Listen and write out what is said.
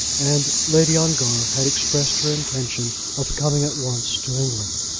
and lady ongar had expressed her intention of coming at once to england.